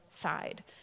side